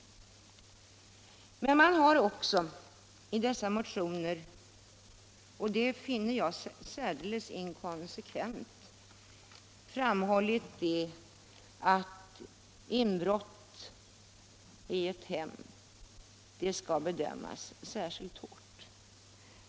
Men man har i dessa motioner också — och detta finner jag särdeles inkonsekvent — framhållit att inbrott i någons hem skall bedömas särskilt hårt.